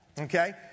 Okay